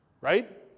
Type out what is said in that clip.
Right